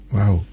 Wow